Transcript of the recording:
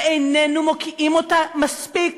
ואיננו מוקיעים אותה מספיק